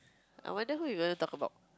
I wonder who you gonna talk about